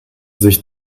sich